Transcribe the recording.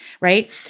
right